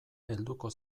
helduko